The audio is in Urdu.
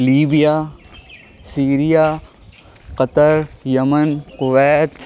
Libya Syria Qatar Yemen Kuwait